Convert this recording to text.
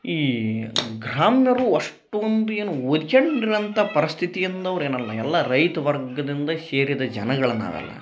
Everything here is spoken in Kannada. ಈ ಗ್ರಾಮ್ನರು ಅಷ್ಟೊಂದು ಏನು ಓದ್ಕ್ಯಂಡು ಇರಂಥಾ ಪರಸ್ಥಿತಿ ಹಿಂದೋರು ಏನಲ್ಲ ಎಲ್ಲ ರೈತ ವರ್ಗದಿಂದ ಸೇರಿದ ಜನಗಳು ನಾವೆಲ್ಲ